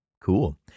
Cool